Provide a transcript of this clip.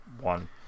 one